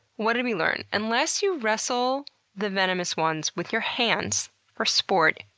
what have we learned? unless you wrestle the venomous ones with your hands for sport,